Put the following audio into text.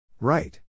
Right